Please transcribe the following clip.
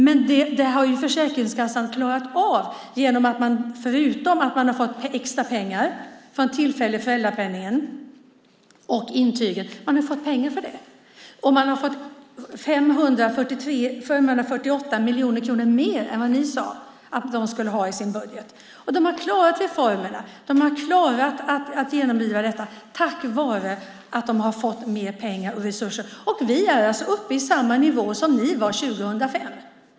Detta har ju Försäkringskassan klarat av genom att man förutom att man har fått extra pengar från tillfälliga föräldrapenningen och intyget - man har fått pengar för det - har fått 548 miljoner kronor mer än ni sade att de skulle ha i sin budget. De har klarat reformerna. De har klarat att driva igenom detta tack vare att de har fått mer pengar och resurser. Vi är alltså uppe i samma nivå som ni var 2005.